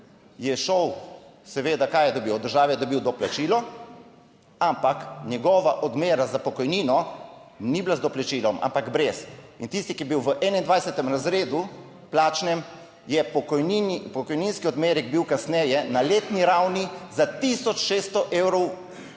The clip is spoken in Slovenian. je šel, seveda, kaj je dobil od države, je dobil doplačilo, ampak njegova odmera za pokojnino ni bila z doplačilom, ampak brez in tisti, ki je bil v 21. razredu plačnem, je pokojninski odmerek bil kasneje na letni ravni za 1600 evrov